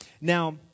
Now